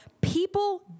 people